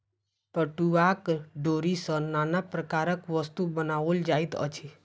पटुआक डोरी सॅ नाना प्रकारक वस्तु बनाओल जाइत अछि